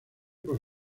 por